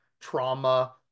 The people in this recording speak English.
trauma